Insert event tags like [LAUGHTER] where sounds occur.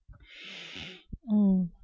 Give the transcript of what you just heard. [NOISE] mm